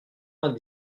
vingt